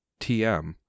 TM